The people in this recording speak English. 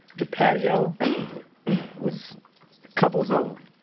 the patio was couples only.